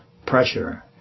Pressure